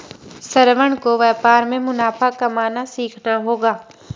श्रवण को व्यापार में मुनाफा कमाना सीखना होगा